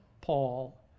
Paul